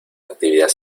actividad